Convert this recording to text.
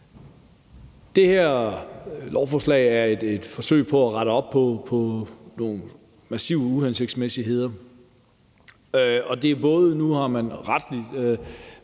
Det her lovforslag er et forsøg på at rette op på nogle massive uhensigtsmæssigheder. Nu har man retsligt